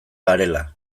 garela